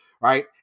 right